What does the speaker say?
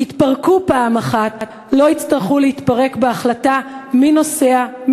התפרקו פעם אחת לא יצטרכו להתפרק בהחלטה מי נוסע,